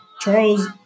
Charles